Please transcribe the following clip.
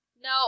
No